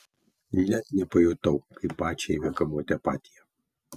net nepajutau kaip pačią ėmė kamuoti apatija